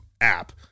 app